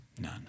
None